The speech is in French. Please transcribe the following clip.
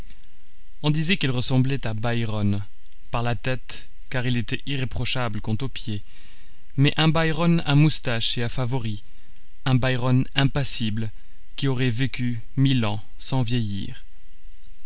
on disait qu'il ressemblait à byron par la tête car il était irréprochable quant aux pieds mais un byron à moustaches et à favoris un byron impassible qui aurait vécu mille ans sans vieillir